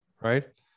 right